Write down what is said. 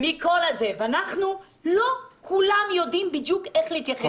לא כולם יודעים בדיוק איך להתייחס אליה.